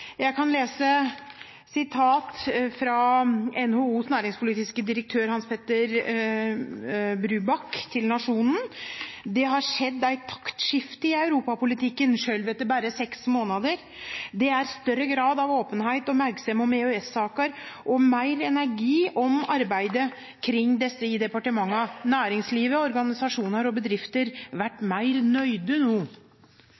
sitat fra NHOs næringspolitiske direktør, Petter Haas Brubakk, i Nationen: «Det har skjedd eit taktskifte i europapolitikken, sjølv etter berre seks månadar. Det er større grad av openheit og merksemd om EØS-saker og meir energi om arbeidet kring desse i departementa. Næringslivet, organisasjonar og bedrifter